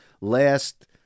last